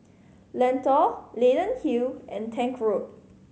Lentor Leyden Hill and Tank Road